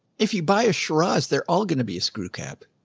if you buy a shrubs, they're all going to be a screw cap.